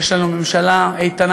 יש לנו ממשלה איתנה,